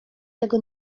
tego